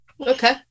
okay